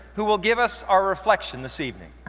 who will give us our reflection this evening.